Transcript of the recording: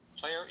Player